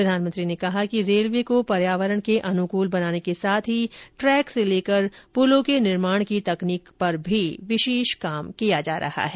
प्रधानमंत्री ने कहा कि रेलवे को पर्यावरण के अनुकूल बनाने के साथ ही ट्रैक से लेकर पुलों के निर्माण की तकनीक पर भी विशेष काम किया जा रहा है